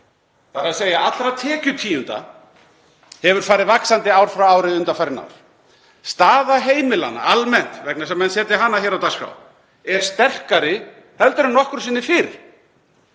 heimila, þ.e. allra tekjutíunda, hefur farið vaxandi ár frá ári undanfarin ár. Staða heimilanna almennt, vegna þess að menn setja hana hér á dagskrá, er sterkari heldur en nokkru sinni fyrr.